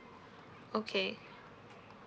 okay